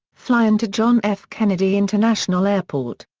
fly into john f. kennedy international airport.